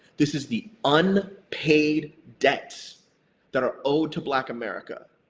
this is the unpaid debts that are owed to black america.